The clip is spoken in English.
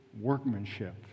workmanship